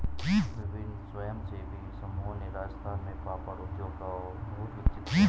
विभिन्न स्वयंसेवी समूहों ने राजस्थान में पापड़ उद्योग को बहुत विकसित किया